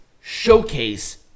showcase